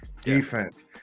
defense